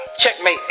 Checkmate